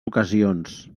ocasions